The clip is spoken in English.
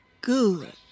Good